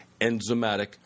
enzymatic